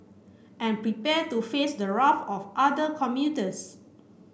and prepare to face the wrath of other commuters